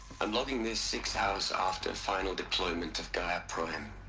logging this six hours after final deployment of gaia prime